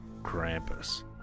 Krampus